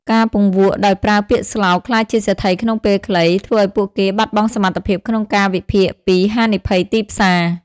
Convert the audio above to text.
ការពង្វក់ដោយប្រើពាក្យស្លោក "ក្លាយជាសេដ្ឋីក្នុងពេលខ្លី" ធ្វើឱ្យពួកគេបាត់បង់សមត្ថភាពក្នុងការវិភាគពីហានិភ័យទីផ្សារ។